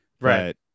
Right